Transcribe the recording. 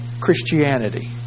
Christianity